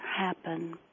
happen